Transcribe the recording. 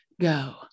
go